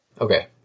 Okay